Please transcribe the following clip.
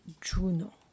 Juno